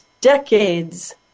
decades